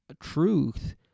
truth